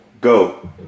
Go